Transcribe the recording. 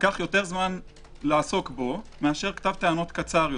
ייקח יותר זמן לעסוק בו מאשר כתב טענות קצר יותר.